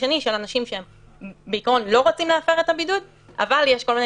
השני של אנשים שבעיקרון לא רוצים להפר את הבידוד אבל יש כל מיני